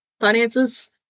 finances